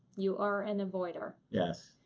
you are an avoider. yes,